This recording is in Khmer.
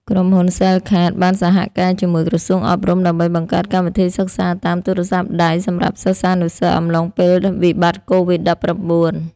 ក្រុមហ៊ុន សែលកាត (Cellcard) បានសហការជាមួយក្រសួងអប់រំ ដើម្បីបង្កើតកម្មវិធីសិក្សាតាមទូរស័ព្ទដៃសម្រាប់សិស្សានុសិស្សអំឡុងពេលវិបត្តិកូវីដ-១៩។